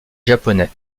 japonais